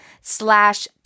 slash